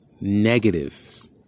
negatives